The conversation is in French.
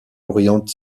oriente